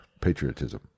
patriotism